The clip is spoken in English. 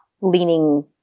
leaning